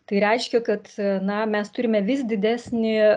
tai reiškia kad na mes turime vis didesnį